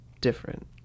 different